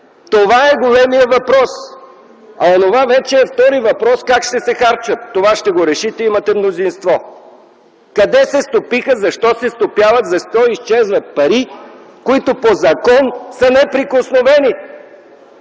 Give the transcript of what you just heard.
Това е големият въпрос! Онова вече е втори въпрос как ще се харчат. Това ще го решите – имате мнозинство. Къде се стопиха, защо се стопяват, защо изчезват пари, които по закон са неприкосновени?